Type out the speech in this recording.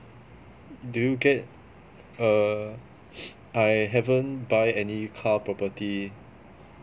do you get err I haven't buy any car property